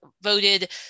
voted